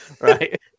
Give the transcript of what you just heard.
Right